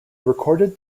recorded